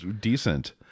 decent